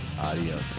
Adios